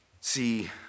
See